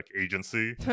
agency